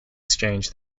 exchange